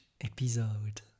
episode